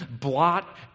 blot